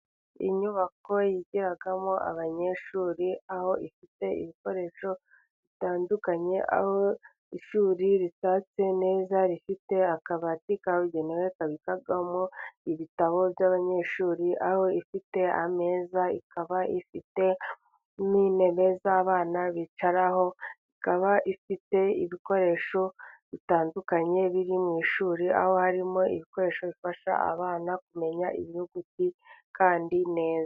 Inyubako yigiragamo abanyeshuri, aho ifite ibikoresho bitandukanye, aho ishuri ritatse neza rifite akabati kabugenewe kabikagamo ibitabo by'abanyeshuri, aho ifite ameza ikaba ifite n'inebe z'abana bicaraho, ikaba ifite ibikoresho bitandukanye biri mu ishuri aho harimo ibikoresho bifasha abana kumenya ibihugu kandi neza.